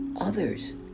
others